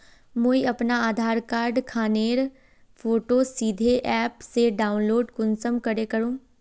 मुई अपना आधार कार्ड खानेर फोटो सीधे ऐप से डाउनलोड कुंसम करे करूम?